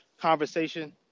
conversation